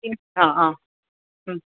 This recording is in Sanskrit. हा हा